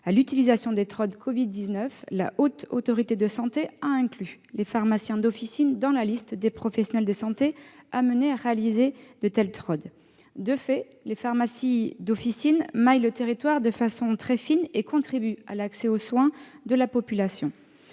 à l'utilisation de ce type de test du Covid-19, la Haute Autorité de santé a inclus les pharmaciens d'officine dans la liste des professionnels de santé habilités à les réaliser. De fait, les pharmacies d'officine maillent le territoire de façon très fine et contribuent à l'accès aux soins de la population.